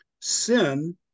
sin